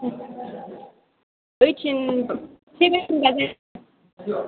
eighteen seventeen लाजाया